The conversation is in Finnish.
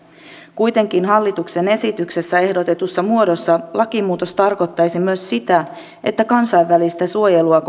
kuitenkin hallituksen esityksessä ehdotetussa muodossa lakimuutos tarkoittaisi myös sitä että kansainvälistä suojelua